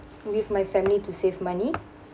with my family to save money